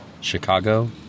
Chicago